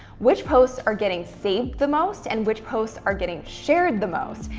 which posts are getting saved the most, and which posts are getting shared the most,